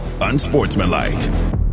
Unsportsmanlike